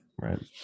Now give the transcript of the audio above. right